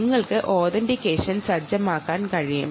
നിങ്ങൾക്ക് ഓതൻഡിക്കേഷൻ സജ്ജമാക്കാൻ കഴിയും